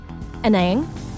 Anang